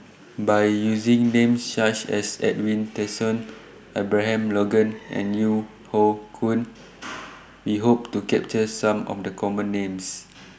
By using Names such as Edwin Tessensohn Abraham Logan and Yeo Hoe Koon We Hope to capture Some of The Common Names